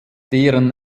deren